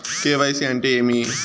KYC అంటే ఏమి?